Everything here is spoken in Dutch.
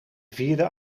vierde